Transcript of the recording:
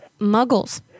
muggles